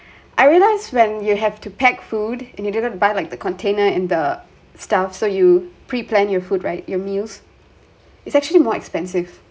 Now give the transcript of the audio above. I realised when you have to pack food and you didn't buy like the container and the stuffs so you preplan your food right your meals it's actually more expensive